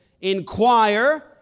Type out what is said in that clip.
inquire